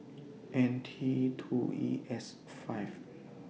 N T two E S five